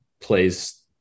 plays